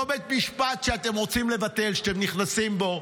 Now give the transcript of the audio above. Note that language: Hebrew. אותו בית משפט שאתם רוצים לבטל, שאתם נכנסים בו,